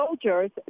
Soldiers